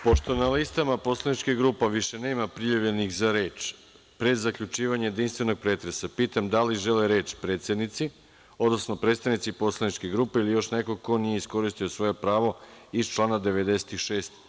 Pošto na listama poslaničkih grupa više nema prijavljenih za reč, pre zaključivanja jedinstvenog pretresa pitam da li žele reč predsednici, odnosno predstavnici poslaničkih grupa ili još neko ko nije iskoristio svoje pravo iz člana 96.